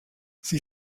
sie